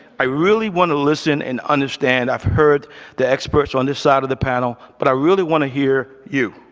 i really want to listen and understand. i've heard the experts on this side of the panel, but i really want to hear you.